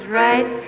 right